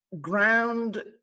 ground